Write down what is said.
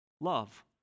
love